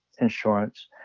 insurance